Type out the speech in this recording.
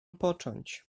począć